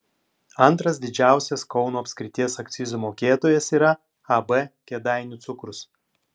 antras didžiausias kauno apskrities akcizų mokėtojas yra ab kėdainių cukrus